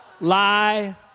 Lie